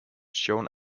shown